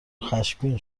خشمگین